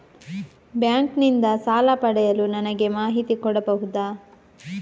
Bank ನಿಂದ ಸಾಲ ಪಡೆಯಲು ನನಗೆ ಮಾಹಿತಿ ಕೊಡಬಹುದ?